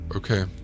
Okay